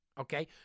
Okay